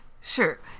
Sure